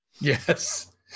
Yes